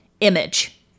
Image